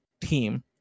team